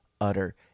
utter